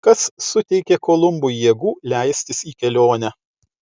kas suteikė kolumbui jėgų leistis į kelionę